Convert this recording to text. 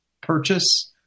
purchase